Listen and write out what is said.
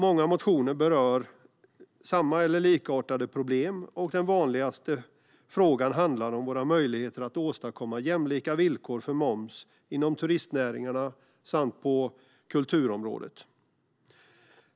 Många motioner berör samma eller likartade problem, och den vanligaste frågan handlar om våra möjligheter att åstadkomma jämlika villkor för moms inom turistnäringarna och på kulturområdet.